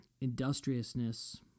industriousness